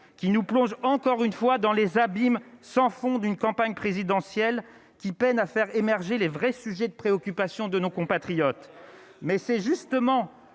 qui nous plonge encore une fois dans les abîmes sans fond d'une campagne présidentielle qui peine à faire émerger les vrais sujets de préoccupation de nos compatriotes, mais c'est justement